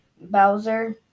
Bowser